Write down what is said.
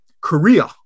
Korea